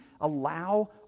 allow